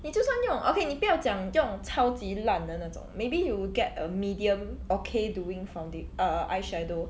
你就算用 okay 你不要讲用超级烂的那种 maybe you get a medium okay doing founda~ uh eyeshadow